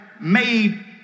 made